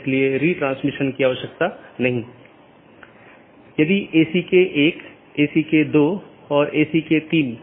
गम्यता reachability की जानकारी update message द्वारा आदान प्रदान की जाती है